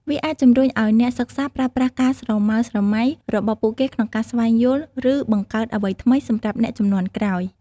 វាអាចជំរុញឲ្យអ្នកសិក្សាប្រើប្រាស់ការស្រមើលស្រមៃរបស់ពួកគេក្នុងការស្វែងយល់ ឬបង្កើតអ្វីថ្មីសម្រាប់អ្នកជំនាន់ក្រោយ។